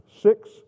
six